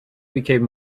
became